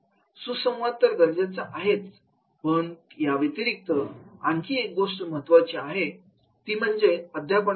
सुसंवाद तर गरजेचा आहेच पण त्या व्यतिरिक्त आणखी एक गोष्ट महत्त्वाची आहे ती म्हणजे अध्यापन प्रणाली